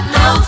no